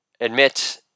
admit